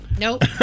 Nope